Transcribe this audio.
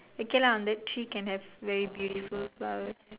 okay lah that tree can have very beautiful flowers